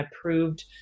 approved